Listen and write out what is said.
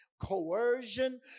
coercion